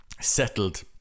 settled